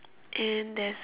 and there's